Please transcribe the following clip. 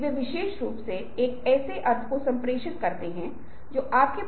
युद्ध के मैदान में उस एक या दो घंटो के भीतर क्या हुआ होगा